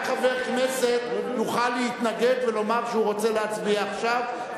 רק חבר כנסת יוכל להתנגד ולומר שהוא רוצה להצביע עכשיו,